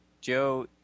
Joe